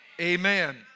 Amen